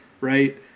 Right